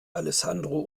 alessandro